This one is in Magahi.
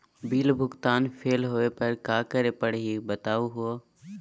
बिल भुगतान फेल होवे पर का करै परही, बताहु हो?